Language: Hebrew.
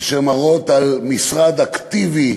אשר מראות משרד אקטיבי